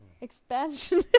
expansion